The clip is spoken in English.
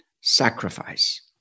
sacrifice